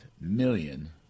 million